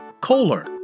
Kohler